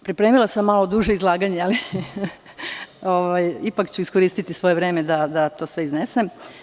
Pripremila sam malo duže izlaganje, ali ipak ću iskoristiti svoje vreme da to sve iznesem.